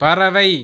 பறவை